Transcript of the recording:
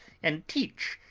and teach,